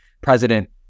president